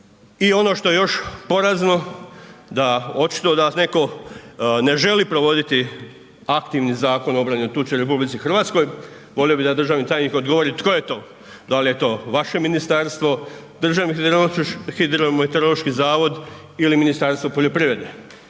i ono što je još porazno, da očito da netko ne želi provoditi aktivni Zakon o obrani od tuče u RH, volio bi da državni tajnik tko je to, da li je to vaše ministarstvo, DHMZ ili Ministarstvo poljoprivrede